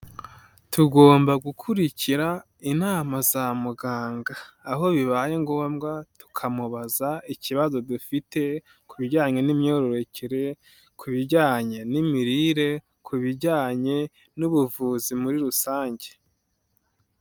Tugomba gukurikira inama za muganga, aho bibaye ngombwa tukamubaza ikibazo dufite ku bijyanye n'imyororokere, ku bijyanye n'imirire, ku bijyanye n'ubuvuzi muri rusange.